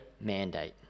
mandate